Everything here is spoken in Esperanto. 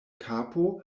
kapo